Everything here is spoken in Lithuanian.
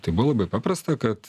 tai buvo labai paprasta kad